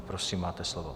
Prosím, máte slovo.